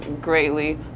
greatly